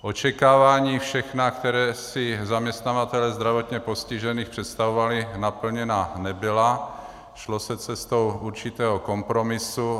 Očekávání všechna, která si zaměstnavatelé zdravotně postižených představovali, naplněna nebyla, šlo se cestou určitého kompromisu.